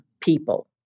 people